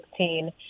2016